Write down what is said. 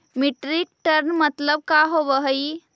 Metric ton मतलब का होव हइ?